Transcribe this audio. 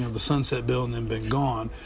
the sunset bill and then been gone.